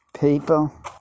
people